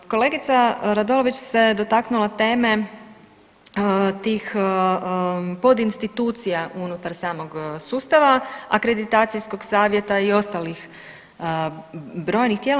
Kolegica Radolović se dotaknula teme tih podinstitucija unutar samog sustava, akreditacijskom savjeta i ostalih brojnih tijela.